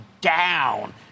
down